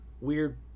weird